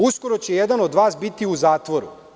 Uskoro će jedan od vas biti u zatvoru.